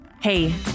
hey